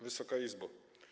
Wysoka Izbo!